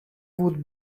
would